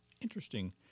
interesting